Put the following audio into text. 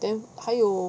then 还有